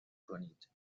کنید